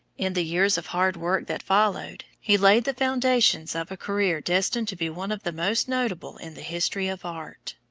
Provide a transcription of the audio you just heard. in the years of hard work that followed, he laid the foundations of a career destined to be one of the most notable in the history of art.